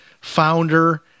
founder